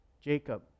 Jacob